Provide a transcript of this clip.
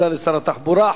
תודה לשר התחבורה.